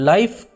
Life